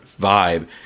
vibe